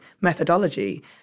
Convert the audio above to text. methodology